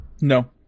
No